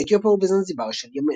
באתיופיה ובזנזיבר של ימינו.